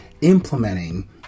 implementing